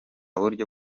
buryo